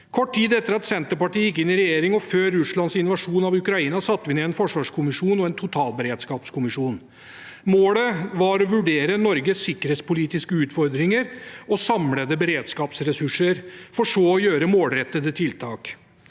Kort tid etter at Senterpartiet gikk inn i regjering, og før Russlands invasjon av Ukraina, satte vi ned en forsvarskommisjon og en totalberedskapskommisjon. Målet var å vurdere Norges sikkerhetspolitiske utfordringer og samlede beredskapsressurser, for så å gjøre målrettede tiltak.